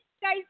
guys